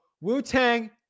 Wu-Tang